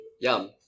Yum